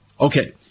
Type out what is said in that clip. Okay